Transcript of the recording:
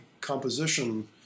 composition